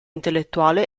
intellettuale